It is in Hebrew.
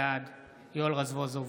בעד יואל רזבוזוב,